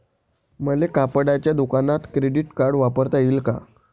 मले कपड्याच्या दुकानात क्रेडिट कार्ड वापरता येईन का?